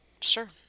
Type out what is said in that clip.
Sure